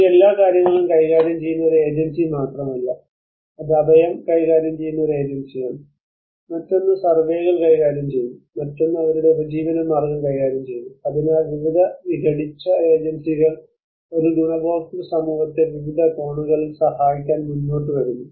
ഇത് എല്ലാ കാര്യങ്ങളും കൈകാര്യം ചെയ്യുന്ന ഒരു ഏജൻസി മാത്രമല്ല അത് അഭയം കൈകാര്യം ചെയ്യുന്ന ഒരു ഏജൻസിയാണ് മറ്റൊന്ന് സർവേകൾ കൈകാര്യം ചെയ്യുന്നു മറ്റൊന്ന് അവരുടെ ഉപജീവനമാർഗ്ഗം കൈകാര്യം ചെയ്യുന്നു അതിനാൽ വിവിധ വിഘടിച്ച ഏജൻസികൾ ഒരു ഗുണഭോക്തൃ സമൂഹത്തെ വിവിധ കോണുകളിൽ സഹായിക്കാൻ മുന്നോട്ട് വരുന്നു